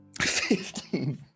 Fifteen